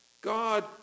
God